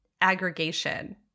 aggregation